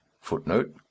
Footnote